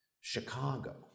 Chicago